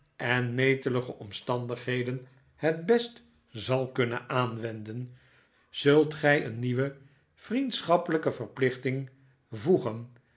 en netelige omstandigheden het best zal kunnen aanwenden zult gij een nieuwe vriendschappelijke verplichting voegen